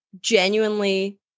genuinely